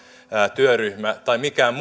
työryhmä tai mikään